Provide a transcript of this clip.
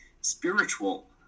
spiritual